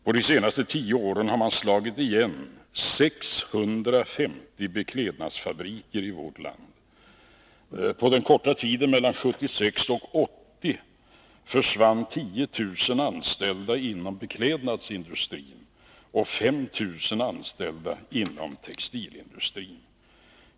På de senaste tio åren har man slagit igen 650 beklädnadsfabriker i vårt land. På den korta tiden mellan 1976 och 1980 försvann 10 000 anställda inom beklädnadsindustrin och 5 000 anställda inom textilindustrin.